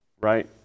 Right